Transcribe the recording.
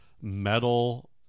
metal